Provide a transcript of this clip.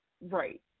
right